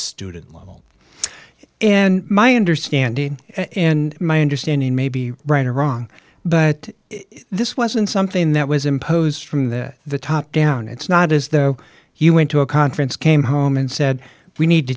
student level and my understanding and my understanding may be right or wrong but this wasn't something that was imposed from the the top down it's not as though he went to a conference came home and said we need to